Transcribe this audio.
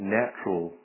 natural